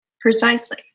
Precisely